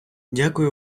дякую